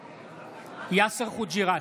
נוכחת יאסר חוג'יראת,